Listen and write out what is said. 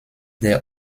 der